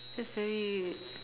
just very